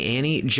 Annie